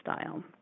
style